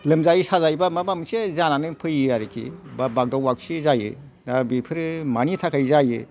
लोमजायो साजायोबा माबा मोनसे जानानै फैयो आरोखि बा बागदाव बागसि जायो दा बेफोरो मानि थाखाय जायो